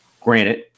granted